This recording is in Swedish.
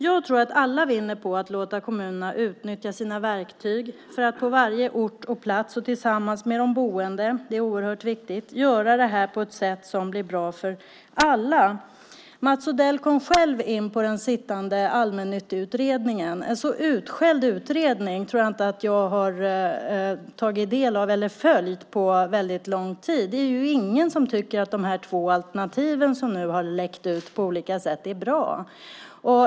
Jag tror att alla vinner på att låta kommunerna utnyttja sina verktyg för att på varje ort och plats tillsammans med de boende - det är oerhört viktigt - göra det här på ett sätt som blir bra för alla. Mats Odell kom själv in på den sittande utredningen om allmännyttan. En så utskälld utredning tror jag inte att jag har följt på väldigt lång tid. Det är ingen som tycker att de två alternativen, som nu har läckt ut på olika sätt, är bra.